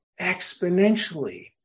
exponentially